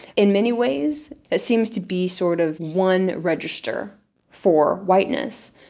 in many ways, seems to be sort of one register for whiteness,